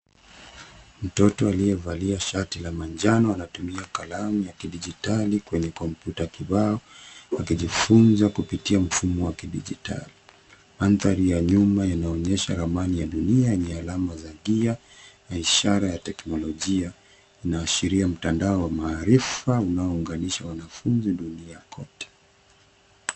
Mtoto aliyevalia shati la manjano anatumia kalamu ya kidijitali kwenye kompyuta kibao akijifunza kupitia mfumo wa kidijitali. Mandhari ya nyuma inaonyesha ramani ya dunia yenye alama za gia na ishara ya teknolojia. Inaashiria mtandao wa maarifa unaounganisha wanafunzi dunia kote.